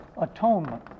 atonement